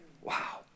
Wow